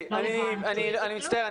אני מצטער,